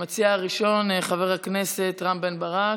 מס' 195. המציע הוא חבר הכנסת רם בן ברק.